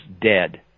dead